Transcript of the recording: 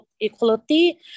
equality